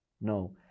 no